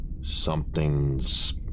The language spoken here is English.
Something's